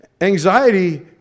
Anxiety